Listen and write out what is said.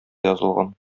язылган